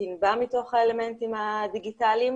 שתנבע מתוך האלמנטים הדיגיטליים,